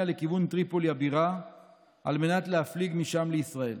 לכיוון טריפולי הבירה על מנת להפליג משם לישראל.